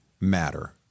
matter